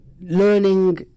learning